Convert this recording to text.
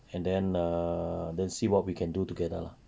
and then err then see what we can do together lah